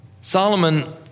Solomon